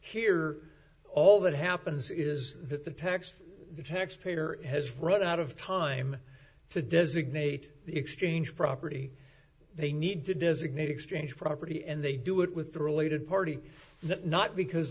here all that happens is that the techs the taxpayer has run out of time to designate the exchange property they need to designate exchange property and they do it with the related party not because